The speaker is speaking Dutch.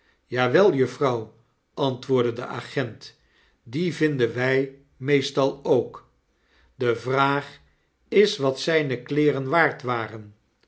wel juffrouw antwoordde de agent die vinden wij meestal ook de vraag is wat zijne kleeren waard waren